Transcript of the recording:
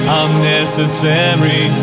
unnecessary